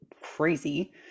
crazy